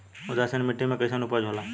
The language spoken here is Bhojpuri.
उदासीन मिट्टी में कईसन उपज होला?